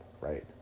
right